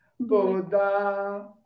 Buddha